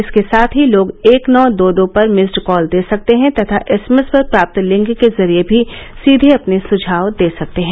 इसके साथ ही लोग एक नो दो दो पर मिस्ड कॉल दे सकते हैं तथा एसएमएस पर प्राप्त लिंक के जरिए भी सीधे अपने सुझाव दे सकते हैं